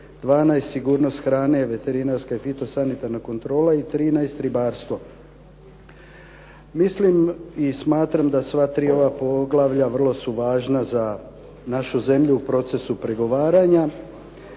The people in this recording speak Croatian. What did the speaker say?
12. sigurnost hrane veterinarska i …/Govornik se ne razumije./… sanitarna kontrola i 13. ribarstvo. Mislim i smatram da sva ova tri poglavlja vrlo su važna za našu zemlju u procesu pregovaranja